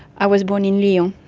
i was born in lyon.